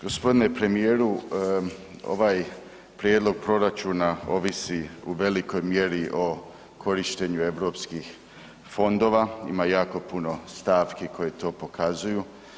Gospodine premijeru, ovaj prijedlog proračuna ovisi u velikoj mjeri o korištenju europskih fondova, ima jako puno stavki koje to pokazuju.